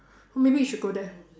maybe you should go there